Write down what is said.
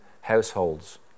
households